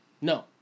no